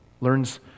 learns